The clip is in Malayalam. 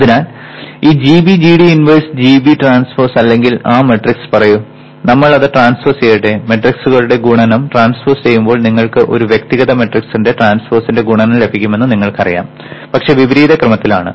അതിനാൽ ഈ gB gD inverse gB transpose അല്ലെങ്കിൽ ആ മാട്രിക്സ് പറയൂ നമ്മൾ അത് ട്രാൻസ്പോസ് ചെയ്യട്ടെ മെട്രിക്സുകളുടെ ഗുണനം ട്രാൻസ്പോസ് ചെയ്യുമ്പോൾ നിങ്ങൾക്ക് ഒരു വ്യക്തിഗത മെട്രിക്സിന്റെ ട്രാൻസ്പോസിന്റെ ഗുണനം ലഭിക്കുമെന്ന് നിങ്ങൾക്കറിയാം പക്ഷേ വിപരീത ക്രമത്തിലാണ്